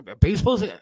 Baseball's